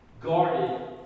guarded